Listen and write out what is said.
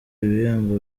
ibihembo